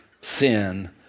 sin